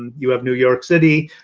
and you have new york city.